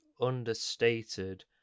understated